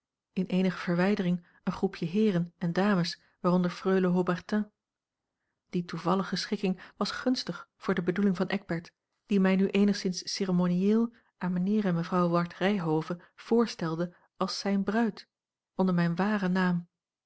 in eenige verwijdering een groepje heeren en dames waaronder freule haubertin die toevallige schikking was gunstig voor de bedoeling van eckbert die mij nu eenigszins ceremonieel aan mijnheer en mevrouw ward ryhove voorstelde als zijne bruid onder mijn waren naam